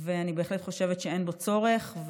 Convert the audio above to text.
ואני בהחלט חושבת שאין בו צורך.